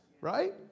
right